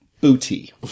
booty